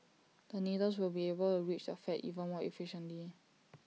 the needles will be able A reach the fat even more efficiently